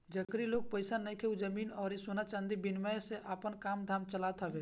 जेकरी लगे पईसा नइखे उ जमीन अउरी सोना चांदी के विनिमय से आपन काम धाम चलावत हवे